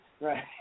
right